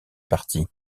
parti